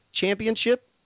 championship